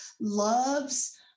loves